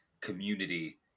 community